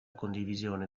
condivisione